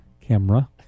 Camera